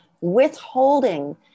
withholding